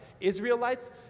Israelites